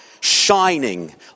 Shining